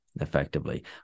effectively